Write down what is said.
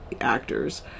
actors